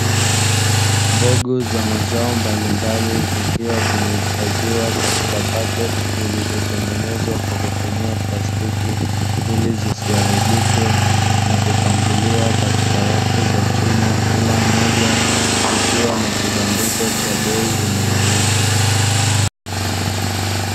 Mbegu za mazao mbalimbali zikiwa zimehifadhiwa katika pakiti zilizotengenezwa kwa kutumia plastiki ili zisiharibike, na kupangiliwa katika rafu za chuma. Kila Moja ikiwa na kibandiko cha bei inayouzwa.